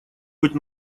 быть